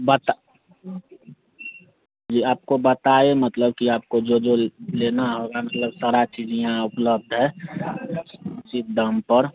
बता यह आपको बताए मतलब कि आपको जो जो लेना होगा मतलब सारी चीज़ यहाँ उपलब्ध है उचित दाम पर